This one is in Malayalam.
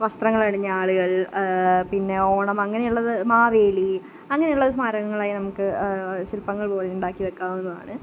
വസ്ത്രങ്ങളണിഞ്ഞ ആളുകൾ പിന്നെ ഓണം അങ്ങനെ ഉള്ളത് മാവേലി അങ്ങനെയുള്ളത് സ്മാരകങ്ങളായി നമുക്ക് ശിൽപ്പങ്ങൾപോലെ ഉണ്ടാക്കി വെക്കാവുന്നതാണ്